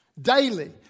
daily